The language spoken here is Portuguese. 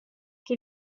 que